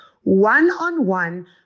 one-on-one